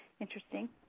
interesting